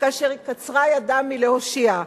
כאשר קצרה ידם מלהושיע.